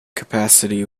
capacity